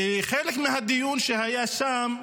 וחלק מהדיון שהיה שם,